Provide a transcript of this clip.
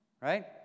right